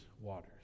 waters